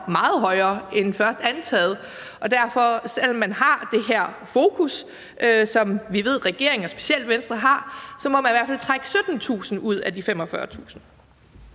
meget højere, end først antaget, og at man derfor – selv om man har det her fokus, som vi ved regeringen og specielt Venstre har – i hvert fald må trække 17.000 ud af de 45.000?